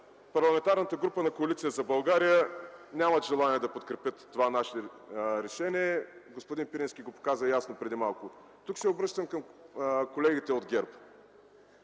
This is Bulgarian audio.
Парламентарната група на Коалиция за България нямат желание да подкрепят това наше решение. Господин Пирински го показа ясно преди малко. Тук се обръщам към колегите от ГЕРБ